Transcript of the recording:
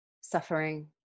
Suffering